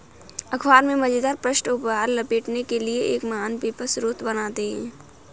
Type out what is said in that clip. अख़बार में मज़ेदार पृष्ठ उपहार लपेटने के लिए एक महान पेपर स्रोत बनाते हैं